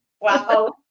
wow